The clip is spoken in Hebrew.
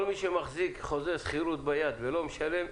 כל מי שמחזיק חוזה שכירות ביד ולא משלם,